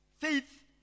Faith